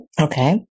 Okay